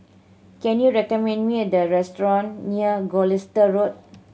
can you recommend me a restaurant near Gloucester Road